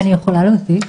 אני יכולה להוסיף?